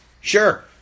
Sure